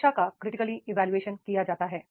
शिक्षा का critical evaluation किया जाता है